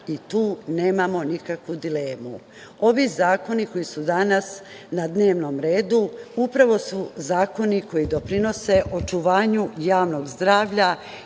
i tu nemamo nikakvu dilemu. Ovi zakoni koji su danas na dnevnom redu upravo su zakoni koji doprinose očuvanju javnog zdravlja